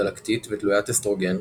דלקתית ותלוית אסטרוגן,